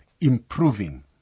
improving